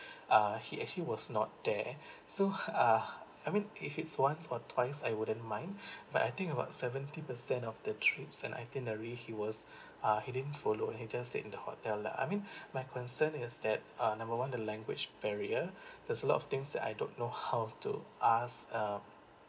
uh he actually was not there so uh I mean if it's once or twice I wouldn't mind but I think about seventy percent of the trips and itinerary he was uh he didn't follow he just stay in the hotel lah I mean my concern is that uh number one the language barrier there's a lot of things that I don't know how to ask uh